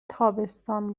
تابستان